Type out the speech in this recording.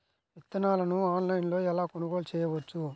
విత్తనాలను ఆన్లైనులో ఎలా కొనుగోలు చేయవచ్చు?